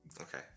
okay